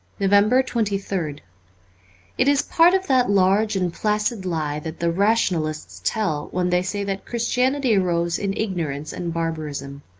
november twenty third it is part of that large and placid lie that the rationalists tell when they say that chris tianity arose in ignorance and barbarism.